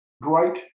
great